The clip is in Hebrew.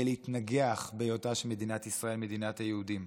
להתנגח בהיותה של מדינת ישראל מדינת היהודים.